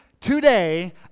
today